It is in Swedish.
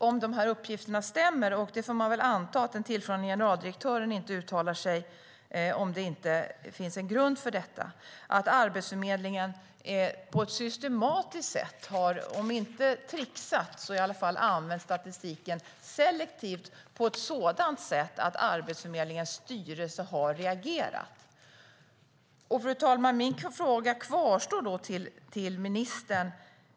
Om uppgifterna stämmer, och man får väl anta att den tillförordnade generaldirektören inte uttalar sig om det inte finns grund för det, har Arbetsförmedlingen på ett systematiskt sätt om inte tricksat så i alla fall använt statistiken selektivt på ett sådant sätt att Arbetsförmedlingens styrelse har reagerat. Min fråga till ministern kvarstår, fru talman.